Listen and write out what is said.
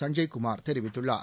சஞ்சய் குமார் தெரிவித்துள்ளார்